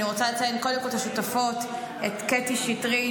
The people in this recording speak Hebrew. אני רוצה לציין קודם כול את השותפות: את קטי שטרית,